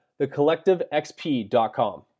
thecollectivexp.com